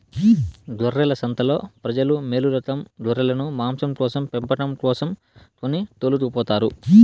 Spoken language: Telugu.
గొర్రెల సంతలో ప్రజలు మేలురకం గొర్రెలను మాంసం కోసం పెంపకం కోసం కొని తోలుకుపోతారు